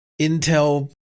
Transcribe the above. Intel